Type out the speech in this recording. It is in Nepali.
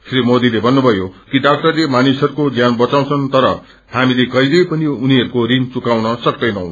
श्री मोदीले भन्नुभयो कि डाक्टरले मानिसहरूको ज्यान बचाउँछन् तर हामीले कहिल्यै पनि उनीहरूको ऋण चुकाउन सक्तैनौ